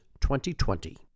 2020